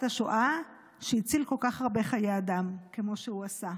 השואה שהציל כל כך הרבה חיי אדם כמו שהוא עשה.